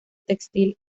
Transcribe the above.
textil